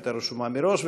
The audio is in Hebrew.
הייתה רשומה מראש,